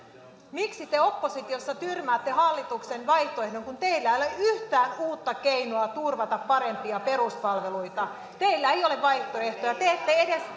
miksi te oppositiossa tyrmäätte hallituksen vaihtoehdon kun teillä ei ole yhtään uutta keinoa turvata parempia peruspalveluita teillä ei ole vaihtoehtoja te ette edes